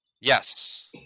Yes